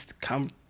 come